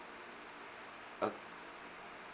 err